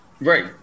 Right